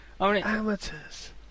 amateurs